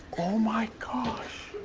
oh my gosh.